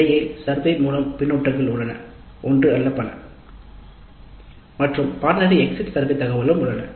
இடைநிலைக் கருத்துக் கணிப்புகளும் exit survey டாடாவும் உள்ளன